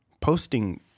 posting